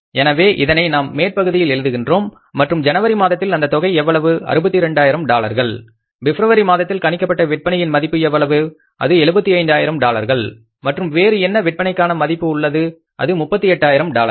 எனவே இதனை நாம் மேல்பகுதியில் எழுதுகின்றோம் மற்றும் ஜனவரி மாதத்தில் அந்த தொகை எவ்வளவு 62000 டாலர்கள் பிப்ரவரி மாதத்தில் கணிக்கப்பட்ட விற்பனையின் மதிப்பு எவ்வளவு அது 75 ஆயிரம் டாலர்கள் மற்றும் வேறு என்ன விற்பனைக்கான மதிப்பு உள்ளது அது 38000 டாலர்கள்